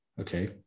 Okay